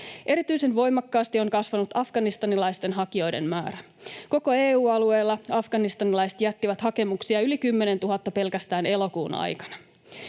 Erityisen voimakkaasti on kasvanut afganistanilaisten hakijoiden määrä. Koko EU-alueella afganistanilaiset jättivät hakemuksia yli 10 000 pelkästään elokuun aikana.